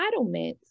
entitlements